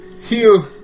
Hugh